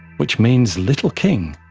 which means little king.